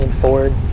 Ford